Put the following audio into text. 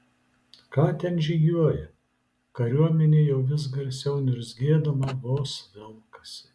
ką ten žygiuoja kariuomenė jau vis garsiau niurzgėdama vos velkasi